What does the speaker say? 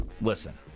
listen